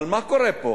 אבל מה קורה פה?